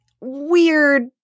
weird